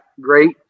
great